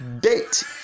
date